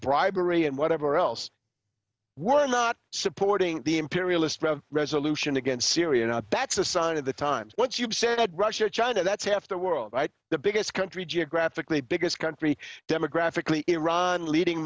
bribery and whatever else we're not supporting the imperialist resolution against syria now that's a sign of the times once you've said russia or china that's half the world the biggest country geographically biggest country demographically iran leading